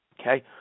Okay